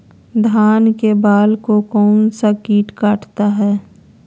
धान के बाल को कौन सा किट काटता है?